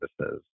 Services